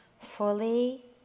fully